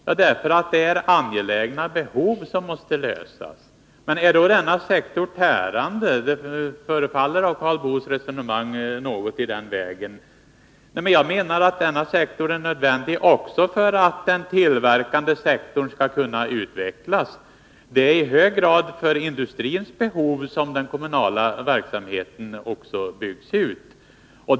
Jo, därför att angelägna behov måste tillgodoses. Är då denna sektor tärande? Det förefaller av Karl Boos resonemang som om han menar något i den vägen. Jag anser att denna sektor är nödvändig också för att den tillverkande sektorn skall kunna utvecklas. Det är i hög grad för industrins behov som den kommunala verksamheten byggs ut.